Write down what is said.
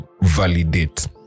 validate